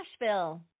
Nashville